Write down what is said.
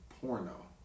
porno